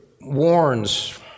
warns